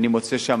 אני מוצא שם